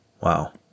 Wow